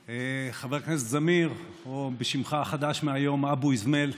חבר הכנסת זמיר, או בשמך החדש מהיום, אבו איזמל,